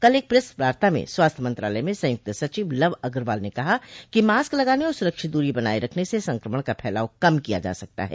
कल एक प्रेस वार्ता में स्वास्थ्य मंत्रालय में संयुक्त सचिव लव अग्रवाल ने कहा कि मास्क लगाने और सुरक्षित दूरी बनाये रखने से संक्रमण का फैलाव कम किया जा सकता है